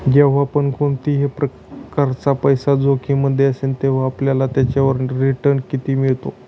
जेव्हा पण कोणत्याही प्रकारचा पैसा जोखिम मध्ये असेल, तेव्हा आपल्याला त्याच्यावर रिटन किती मिळतो?